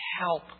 help